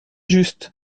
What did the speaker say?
juste